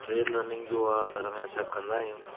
trade running जो आहे घर में असां कंदा आहियूं